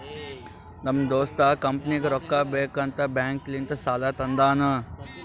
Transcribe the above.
ನಮ್ ದೋಸ್ತ ಕಂಪನಿಗ್ ರೊಕ್ಕಾ ಬೇಕ್ ಅಂತ್ ಬ್ಯಾಂಕ್ ಲಿಂತ ಸಾಲಾ ತಂದಾನ್